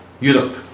Europe